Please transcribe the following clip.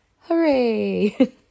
Hooray